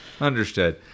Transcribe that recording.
Understood